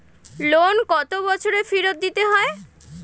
Loan কত বছরে ফেরত দিতে হয়?